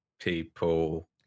people